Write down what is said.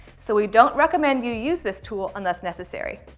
so we don't recommend you use this tool unless necessary.